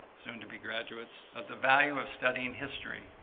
soon-to-be graduates, of the value of studying history.